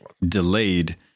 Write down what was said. delayed